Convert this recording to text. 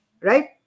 right